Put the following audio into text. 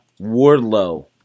Wardlow